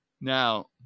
Now